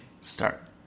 start